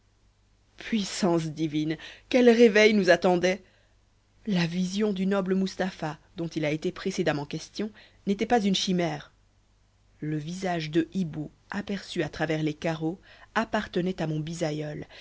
puissance divine quel réveil nous attendait la vision du noble mustapha dont il a été précédemment question n'était pas une chimère le visage de hibou aperçu à travers les carreaux appartenait à mon bisaïeul